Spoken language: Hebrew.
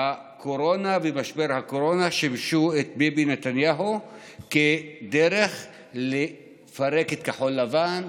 הקורונה ומשבר הקורונה שימשו את ביבי נתניהו כדרך לפרק את כחול לבן,